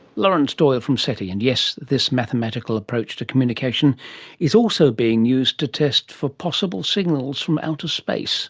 laurance doyle from seti, and yes, this mathematical approach to communication is also being used to test for possible signals from outer space